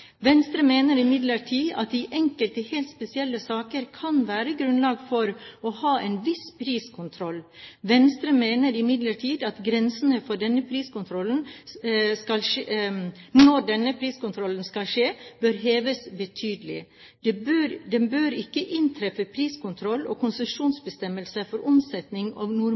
Venstre mener imidlertid at det i enkelte helt spesielle saker kan være grunnlag for å ha en viss priskontroll. Venstre mener imidlertid at grensene for når denne priskontrollen skal skje, bør heves betydelig. Det bør ikke inntreffe priskontroll og konsesjonsbestemmelse for omsetning av